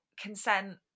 consent